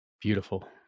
Beautiful